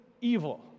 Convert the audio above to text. evil